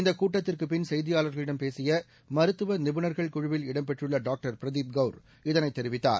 இந்த கூட்டத்திற்குப் பின் செய்தியாளர்களிடம் பேசிய மருத்துவ நிபுணர்கள் குழுவில் இடம்பெற்றுள்ள டாக்டர் பிரதீப் கவுர் இதனை தெரிவித்தார்